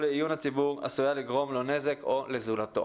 לעיון הציבור עשויה לגרום לו נזק או לזולתו.